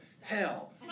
Hell